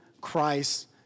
Christ